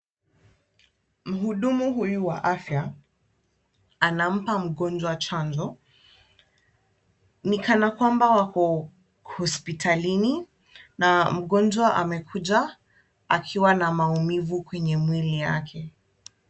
Mhudumu huyu wa afya anampa mgonjwa chanjo. Ni kana kwamba wako hospitalini na mgonjwa amekuja akiwa na maumivu kwenye mwili yake.